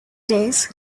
days